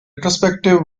retrospective